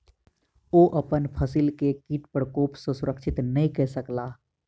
ओ अपन फसिल के कीट प्रकोप सॅ सुरक्षित नै कय सकला